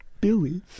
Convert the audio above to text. billy